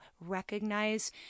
recognize